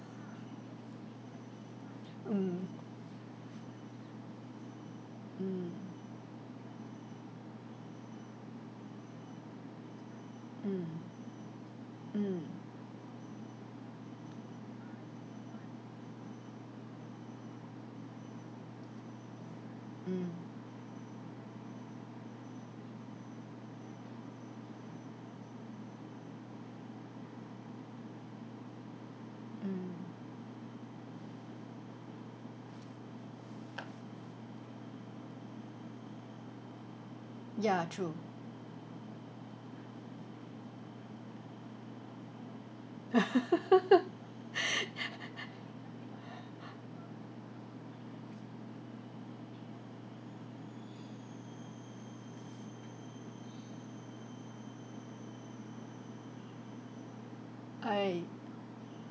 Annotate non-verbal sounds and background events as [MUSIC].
mm mm mm mm mm mm ya true [LAUGHS] I